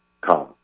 come